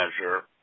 measure